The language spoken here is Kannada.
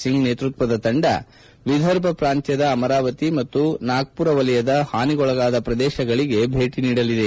ಸಿಂಗ್ ನೇತೃತ್ವದ ತಂಡ ವಿದರ್ಭ ಪ್ರಾಂತ್ಯದ ಅಮರಾವತಿ ಮತ್ತು ನಾಗ್ಲರ ವಲಯದ ಹಾನಿಗೊಳಗಾದ ಪ್ರದೇಶಗಳಗೆ ಭೇಟ ನೀಡಲಿದೆ